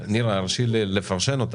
נירה, הרשי לי לפרשן אותך.